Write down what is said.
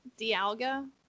dialga